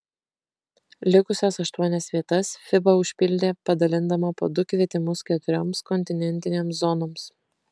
likusias aštuonias vietas fiba užpildė padalindama po du kvietimus keturioms kontinentinėms zonoms